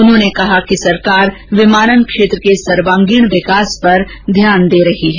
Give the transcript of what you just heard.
उन्होंने कहा कि सरकार विमानन क्षेत्र के सर्वागीण विकास पर ध्यान दे रही है